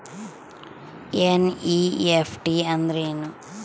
NEFT ಅಂದ್ರೆನು?